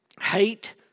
hate